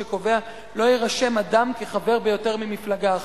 שקובע: "לא יירשם אדם כחבר ביותר ממפלגה אחת".